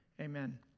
Amen